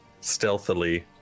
stealthily